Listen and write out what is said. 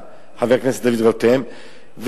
חבר הכנסת דוד רותם,